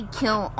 kill